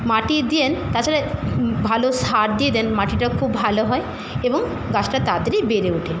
মাটি দিয়ে দেন তাছাড়া ভালো সার দিয়ে দেন মাটিটা খুব ভালো হয় এবং গাছটা তাড়াতাড়ি বেড়ে ওঠে